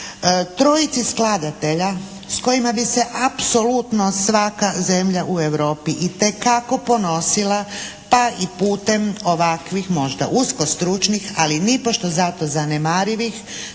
trojici skladatelja s kojima bi se apsolutno svaka zemlja u Europi itekako ponosila pa i putem ovakvih možda usko stručnih ali nipošto zato zanemarivih